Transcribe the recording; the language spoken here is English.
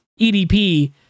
edp